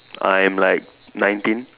I'm like nineteen